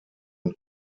und